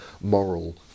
moral